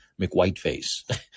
McWhiteface